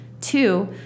Two